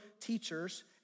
teachers